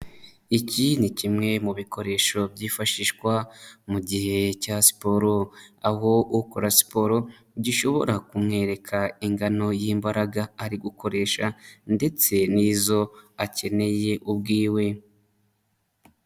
Iki ni kimwe mu bikoresho byifashishwa mu gihe cya siporo, aho ukora siporo gishobora kumwereka ingano y'imbaraga ari gukoresha ndetse n'izo akeneye ubwiwe.